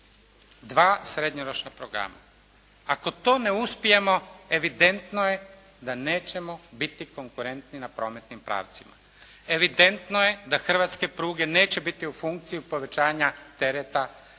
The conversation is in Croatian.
dva srednjoročna programa. Ako to ne uspijemo evidentno je da nećemo biti konkurentni na prometnim pravcima. Evidentno je da hrvatske pruge neće biti u funkciji povećanja tereta